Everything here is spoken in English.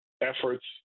efforts